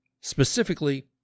Specifically